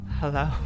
hello